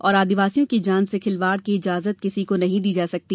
और आदिवासियों की जान से खिलवाड़ की इजाजत किसी को नहीं दी जासकती